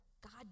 God